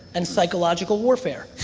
and psychological warfare.